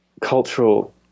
cultural